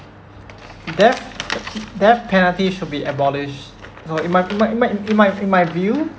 death death penalty should be abolished uh in my in my in my in my view